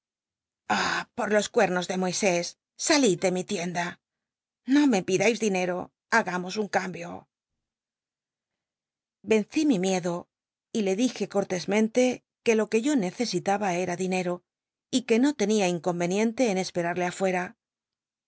por los cuer oos de moisés salid de mi tienda no me pidais dinero hagamos un cambio vencí mi miedo y le dije corlesmente que lo que yo necesita ba era dinero y que no tenia inconveniente en esperarle afuera